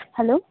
hello